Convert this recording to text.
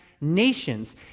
nations